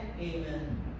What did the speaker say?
Amen